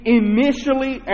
initially